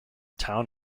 town